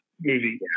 movie